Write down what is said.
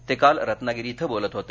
ते काल रत्नागिरी इथ बोलत होते